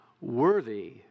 worthy